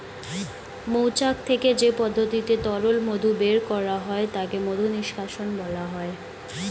মৌচাক থেকে যে পদ্ধতিতে তরল মধু বের করা হয় তাকে মধু নিষ্কাশণ বলা হয়